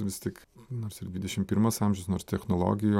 vis tik nors ir dvidešim pirmas amžius nors technologijų